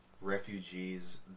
refugees